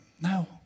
no